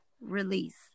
release